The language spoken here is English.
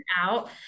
out